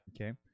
Okay